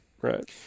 right